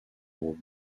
aube